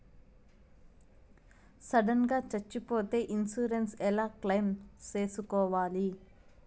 Sudden గా సచ్చిపోతే insurance ఎలా క్లెయిమ్ సేసుకోవాలి?